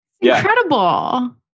Incredible